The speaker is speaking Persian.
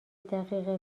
دقیقه